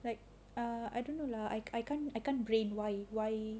like err I don't know lah I I can't I can't brain why why